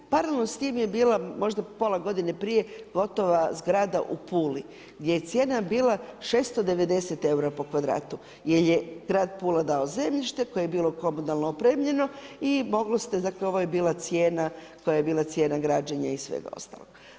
Paralelno s tim je bila možda pola godine prije gotova zgrada u Puli gdje je cijena bila 690 eura po kvadratu jer je grad Pula dao zemljište koje je bilo komunalno opremljeno i mogli se, dakle ovo je bila cijela koja je bila cijena građenja i svega ostalog.